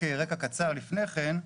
רקע קצר לפני כן,